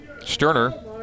Sterner